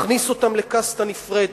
מכניס אותם לקאסטה נפרדת,